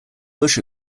bush